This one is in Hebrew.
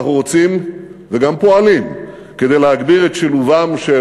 אנחנו רוצים וגם פועלים כדי להגביר את שילובם של